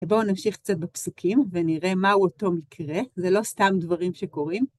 ובואו נמשיך קצת בפסוקים ונראה מהו אותו מקרה, זה לא סתם דברים שקורים.